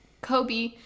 Kobe